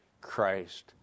Christ